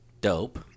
dope